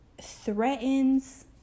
threatens